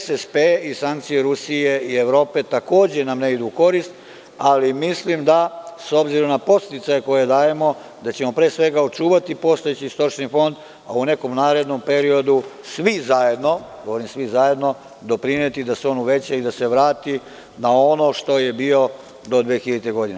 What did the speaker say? SSP i sankcije Rusije i Evrope takođe nam ne idu u korist, ali mislim da, s obzirom na podsticaje koje dajemo, da ćemo pre svega očuvati postojeći stočni fond, a u nekom narednom periodu svi zajedno, govorim svi zajedno, doprineti da se on uveća i da se vrati na ono što je bio do 2000. godine.